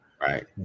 Right